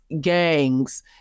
gangs